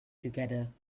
together